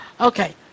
Okay